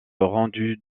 rendu